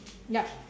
yup